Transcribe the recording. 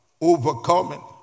overcoming